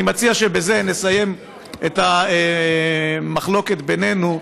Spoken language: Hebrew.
אני מציע שבזה נסיים את המחלוקת בינינו,